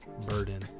burden